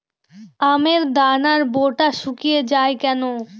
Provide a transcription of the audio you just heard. আমের দানার বোঁটা শুকিয়ে য়ায় কেন?